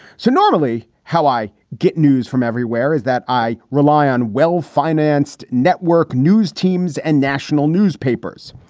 so normally how i get news from everywhere is that i rely on well financed network news teams and national newspapers.